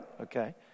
Okay